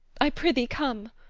i prithee come.